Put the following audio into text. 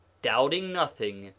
doubting nothing,